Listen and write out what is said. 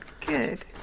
good